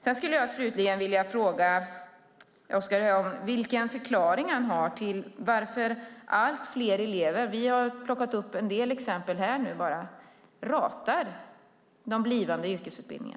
Jag vill slutligen fråga Oskar Öholm vilken förklaring han har till varför allt fler elever ratar den blivande yrkesutbildningen. Vi har tagit upp ett par exempel här.